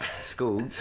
school